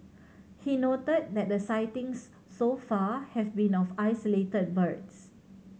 he noted that the sightings so far have been of isolated birds